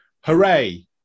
hooray